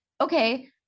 okay